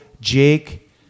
Jake